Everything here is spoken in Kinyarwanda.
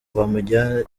bamujyane